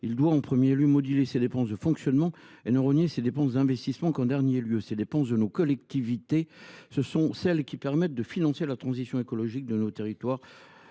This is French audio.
ci doit en premier lieu moduler ses dépenses de fonctionnement et ne rogner ses dépenses d’investissement qu’en dernier lieu. Les dépenses d’investissement de nos collectivités sont précisément celles qui permettent de financer la transition écologique de nos territoires,